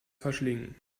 verschlingen